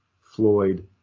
Floyd